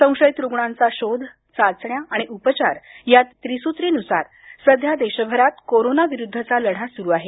संशयित रुग्णांचा शोध चाचण्या आणि उपचार या त्रिसूत्रीनुसार सध्या देशभरात कोरोना विरुद्धचा लढा सुरू आहे